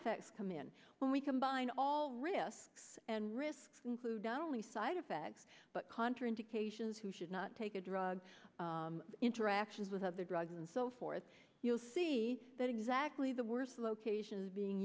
effects come in when we combine all risks and risks include only side effects but contra indications who should not take a drug interactions with other drugs and so forth you'll see that exactly the worst locations being